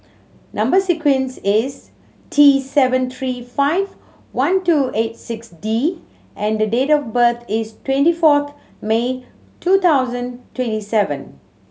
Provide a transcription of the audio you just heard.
number sequence is T seven three five one two eight six D and the date of birth is twenty fourth May two thousand twenty seven